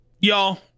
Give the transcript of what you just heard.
Y'all